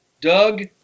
Doug